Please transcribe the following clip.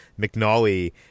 McNally